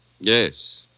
Yes